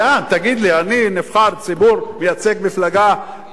אני נבחר ציבור, מייצג מפלגה גדולה,